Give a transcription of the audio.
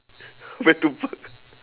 where to put